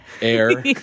air